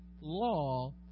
law